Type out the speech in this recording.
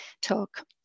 talk